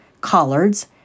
collards